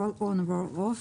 Roll on/Roll off.